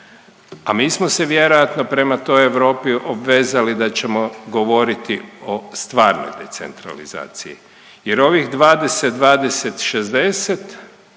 a mi smo se vjerojatno prema toj Europi obvezali da ćemo govoriti o stvarnoj decentralizaciji jer ovih 20, 20, 60